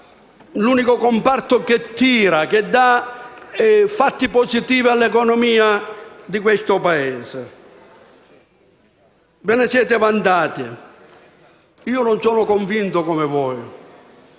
l'unico comparto che tira e produce fatti positivi per l'economia del nostro Paese. Ve ne siete vantati, ma non ne sono convinto come voi,